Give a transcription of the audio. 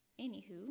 Anywho